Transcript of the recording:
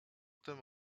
tym